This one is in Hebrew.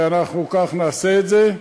ואנחנו כך נעשה את זה,